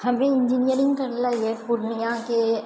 हम भी इंजीनियरिंग करले रहियै पुर्णियाके